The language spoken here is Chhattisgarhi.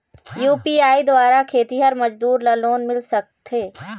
यू.पी.आई द्वारा खेतीहर मजदूर ला लोन मिल सकथे?